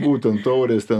būtent taurės ten